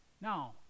Now